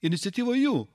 iniciatyva jau